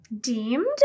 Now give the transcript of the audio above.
deemed